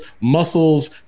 muscles